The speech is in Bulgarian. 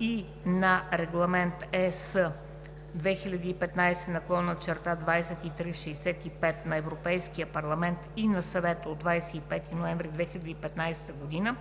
„и на Регламент (ЕС) № 2015/2365 на Европейския парламент и на Съвета от 25 ноември 2015 г.